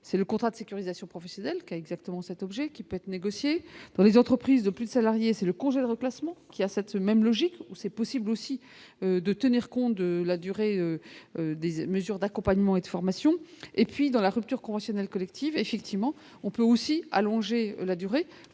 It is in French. c'est le contrat de sécurisation professionnelle qui a exactement cet objet qui peut être négociée dans les entreprises de plus de salariés, c'est le congé de reclassement qui a cette même logique où c'est possible aussi de tenir compte de la durée des et mesures d'accompagnement et de formation et puis dans la rupture conventionnelle collective effectivement, on peut aussi allonger la durée